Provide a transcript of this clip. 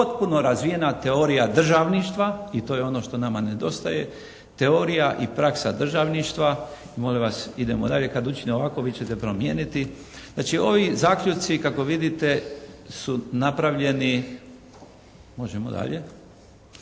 potpuno razvijena teorija državništva i to je ono što nama nedostaje, teorija i praksa državništva i molim vas idemo dalje. Kada učinim ovako vi ćete promijeniti. Znači ovi zaključci kako vidimo su napravljeni, možemo dalje,